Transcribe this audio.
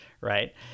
right